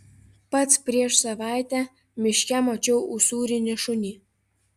pats prieš savaitę miške mačiau usūrinį šunį